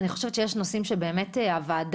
אני חושבת שיש נושאים שבאמת הוועדה,